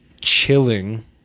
Chilling